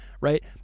right